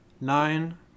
nine